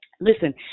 Listen